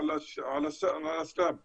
לאסלאם ולחוק,